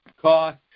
cost